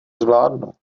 zvládnu